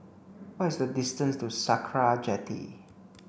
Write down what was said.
what is the distance to Sakra Jetty